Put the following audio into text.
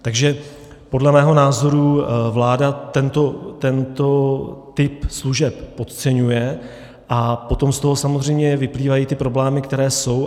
Takže podle mého názoru vláda tento typ služeb podceňuje a potom z toho samozřejmě vyplývají ty problémy, které jsou.